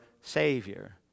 savior